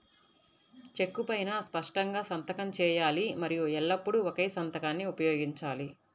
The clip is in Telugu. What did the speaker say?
చెక్కు పైనా స్పష్టంగా సంతకం చేయాలి మరియు ఎల్లప్పుడూ ఒకే సంతకాన్ని ఉపయోగించాలి